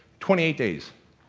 twenty eight days,